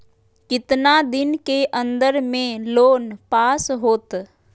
कितना दिन के अन्दर में लोन पास होत?